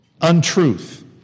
untruth